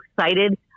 excited